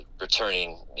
returning